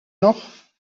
noch